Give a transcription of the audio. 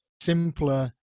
simpler